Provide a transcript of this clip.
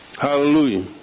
Hallelujah